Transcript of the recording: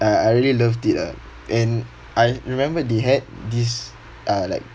I I really loved it lah and I remember they had this uh like